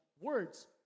words